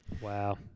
Wow